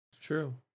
True